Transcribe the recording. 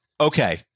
Okay